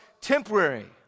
temporary